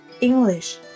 English